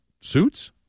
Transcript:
suits